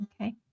Okay